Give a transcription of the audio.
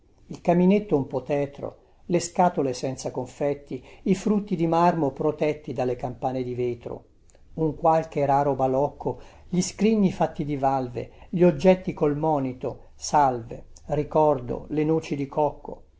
il caminetto un po tetro le scatole senza confetti i frutti di marmo protetti dalle campane di vetro un qualche raro balocco gli scrigni fatti di valve gli oggetti col monito salve ricordo le noci di cocco